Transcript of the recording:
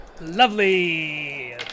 Lovely